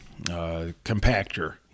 compactor